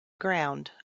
ground